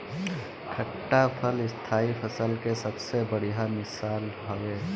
खट्टा फल स्थाई फसल के सबसे बढ़िया मिसाल हवे